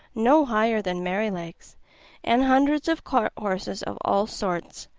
no higher than merrylegs and hundreds of cart horses of all sorts,